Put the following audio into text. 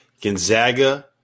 Gonzaga